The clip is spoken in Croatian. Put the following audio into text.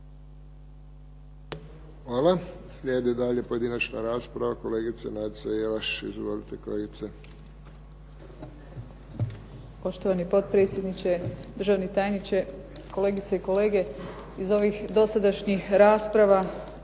Hvala. Slijedi dalje pojedinačna rasprava, kolegica Nadica Jelaš. Izvolite kolegice.